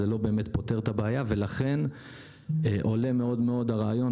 זה לא באמת פותר את הבעיה ולכן עולה מאוד הרעיון,